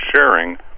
sharing